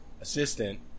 assistant